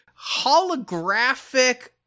Holographic